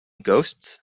ghosts